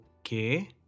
Okay